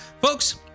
folks